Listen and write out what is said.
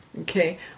Okay